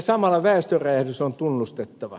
samalla väestöräjähdys on tunnustettava